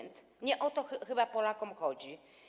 Nie o to chyba Polakom chodzi.